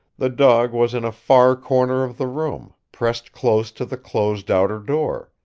the dog was in a far corner of the room, pressed close to the closed outer door,